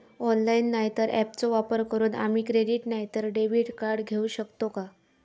Online नाय तर ऍपचो वापर करून आम्ही क्रेडिट नाय तर डेबिट कार्ड घेऊ शकतो का?